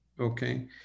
okay